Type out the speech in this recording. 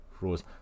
Rose